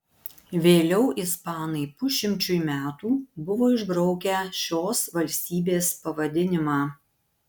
vėliau ispanai pusšimčiui metų buvo išbraukę šios valstybės pavadinimą